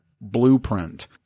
blueprint